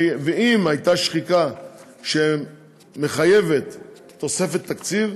ואם הייתה שחיקה שמחייבת תוספת תקציב,